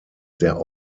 der